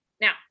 Now